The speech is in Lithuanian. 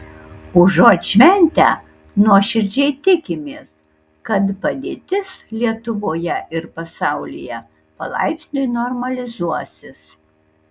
užuot šventę nuoširdžiai tikimės kad padėtis lietuvoje ir pasaulyje palaipsniui normalizuosis